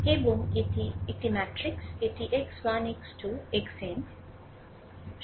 এবং এটি একটি ম্যাট্রিক্স এটি x 1 x 2 xn